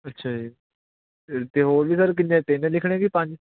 ਅੱਛਾ ਜੀ ਤਾਂ ਅਤੇ ਹੋਰ ਵੀ ਸਰ ਕਿੰਨੇ ਤਿੰਨ ਲਿਖਣੇ ਕੇ ਪੰਜ